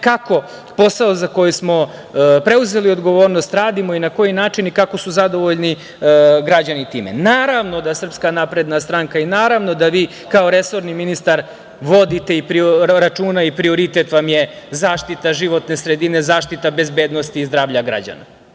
kako posao za koji smo preuzeli odgovornost radimo i na koji način i kako su zadovoljni građani time. Naravno da Srpska napredna stranka, i naravno da vi kao resorni ministar vodite računa i prioritet vam je zaštita životne sredine, zaštita bezbednosti i zdravlja građana.